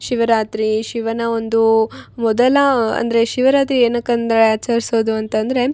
ಶಿವರಾತ್ರಿ ಶಿವನ ಒಂದು ಮೊದಲ ಅಂದರೆ ಶಿವರಾತ್ರಿ ಏನಕ್ಕಂದರೆ ಆಚರ್ಸೋದು ಅಂತಂದರೆ